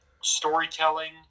storytelling